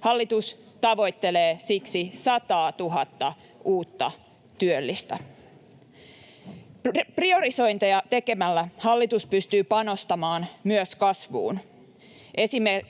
Hallitus tavoittelee siksi sataatuhatta uutta työllistä. Priorisointeja tekemällä hallitus pystyy panostamaan myös kasvuun.